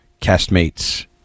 castmates